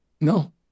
No